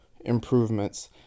improvements